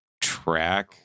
track